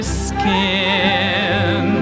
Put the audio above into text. skin